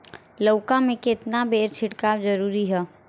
लउका में केतना बेर छिड़काव जरूरी ह?